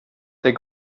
der